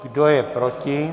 Kdo je proti?